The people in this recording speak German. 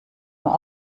nur